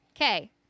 Okay